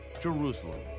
Jerusalem